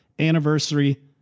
anniversary